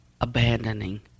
abandoning